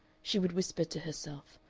she would whisper to herself,